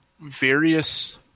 various